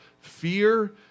fear